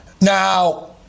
Now